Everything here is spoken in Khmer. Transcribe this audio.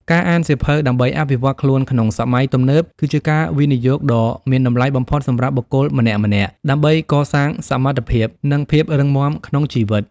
ការអានសៀវភៅដើម្បីអភិវឌ្ឍខ្លួនក្នុងសម័យទំនើប គឺជាការវិនិយោគដ៏មានតម្លៃបំផុតសម្រាប់បុគ្គលម្នាក់ៗ ដើម្បីកសាងសមត្ថភាព និងភាពរឹងមាំក្នុងជីវិត។